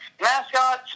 mascots